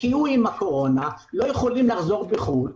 לא יכולים לחזור לחו"ל,